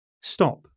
stop